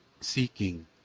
seeking